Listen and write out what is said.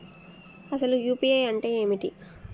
అసలు యూ.పీ.ఐ అంటే ఏమిటి?